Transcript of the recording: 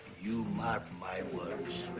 you mark my words,